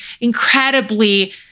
incredibly